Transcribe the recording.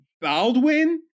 Baldwin